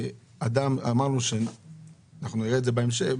אמרנו שאנחנו נראה את זה בהמשך,